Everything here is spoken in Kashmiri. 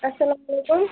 اَسلامُ علیکُم